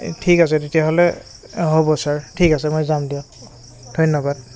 ঠিক আছে তেতিয়াহ'লে হ'ব ছাৰ ঠিক আছে মই যাম দিয়ক ধন্যবাদ